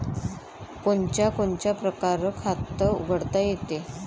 कोनच्या कोनच्या परकारं खात उघडता येते?